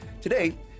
Today